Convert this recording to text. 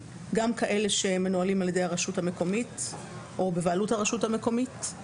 גם כאלה שמנוהלים על ידי הרשות המקומית או בבעלות הרשות המקומית.